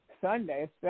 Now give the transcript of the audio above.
Sunday